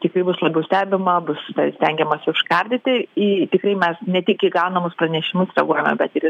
tikrai bus labiau stebima bus stengiamasi užkardyti į tikrai mes ne tik į gaunamus pranešimus reaguojame bet ir į